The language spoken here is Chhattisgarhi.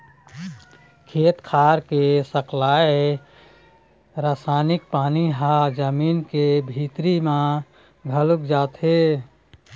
खेत खार के सकलाय रसायनिक पानी ह जमीन के भीतरी म घलोक जाथे